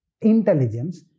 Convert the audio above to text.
intelligence